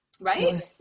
Right